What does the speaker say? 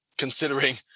considering